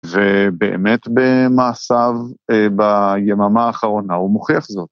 ובאמת במעשיו ביממה האחרונה הוא מוכיח זאת.